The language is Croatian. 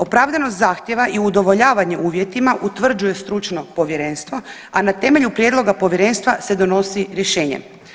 Opravdanost zahtijeva i udovoljavanje uvjetima utvrđuje stručno povjerenstvo, a na temelju prijedloga povjerenstva se donosi rješenje.